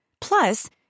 Plus